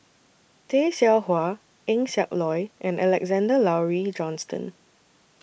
Tay Seow Huah Eng Siak Loy and Alexander Laurie Johnston